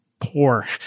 poor